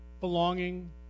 Belonging